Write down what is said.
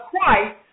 Christ